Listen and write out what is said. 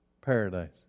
Paradise